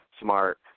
Smart